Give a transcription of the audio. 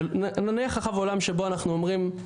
נניח עכשיו עולם שבו אנחנו אומרים,